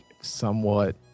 somewhat